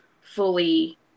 fully